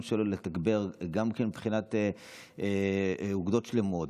שלו לתגבר גם מבחינת אוגדות שלמות,